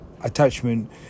attachment